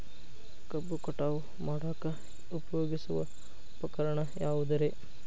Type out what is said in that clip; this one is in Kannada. ಕಬ್ಬು ಕಟಾವು ಮಾಡಾಕ ಉಪಯೋಗಿಸುವ ಉಪಕರಣ ಯಾವುದರೇ?